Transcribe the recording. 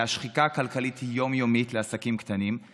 אלא השחיקה הכלכלית של עסקים קטנים היא יום-יומית.